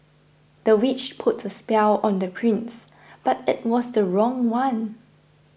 the witch put a spell on the prince but it was the wrong one